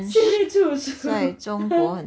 simi 竹鼠